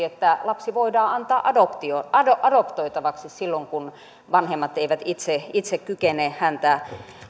että lapsi voidaan antaa adoptoitavaksi adoptoitavaksi silloin kun vanhemmat eivät itse itse kykene häntä